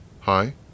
Hi